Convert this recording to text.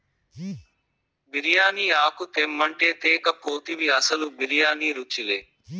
బిర్యానీ ఆకు తెమ్మంటే తేక పోతివి అసలు బిర్యానీ రుచిలే